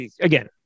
again